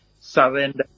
surrender